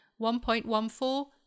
1.14